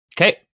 Okay